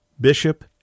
bishop